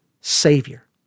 Savior